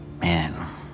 Man